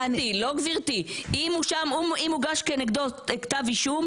אם הוגש כנגדו כתב אישום